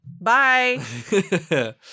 bye